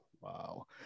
Wow